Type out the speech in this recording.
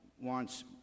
wants